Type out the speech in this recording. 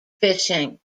fishing